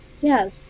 Yes